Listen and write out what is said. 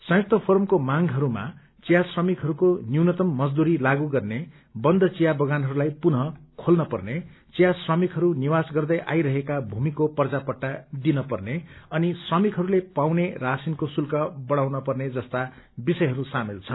संयुक्त फोरमको मांगहरूमा विया श्रमिकहरूको न्यूनतम मजदुरी लागू गत्ने बन्द विया बगानजस्ताई पुनः खोल्न पर्ने विया श्रमिकहरू निवास गर्दै आई रहेका पूमिको पर्जा पट्टा दिन पर्ने अनि श्रमिकहस्ले पाउने राशिनको श्रुल्क बढ़ाउन पर्ने जस्ता विषयहरू श्रामेल छन्